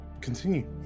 continue